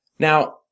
Now